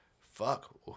Fuck